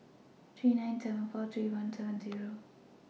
three nine seven four three one seven Zero